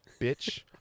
bitch